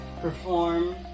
perform